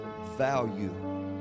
value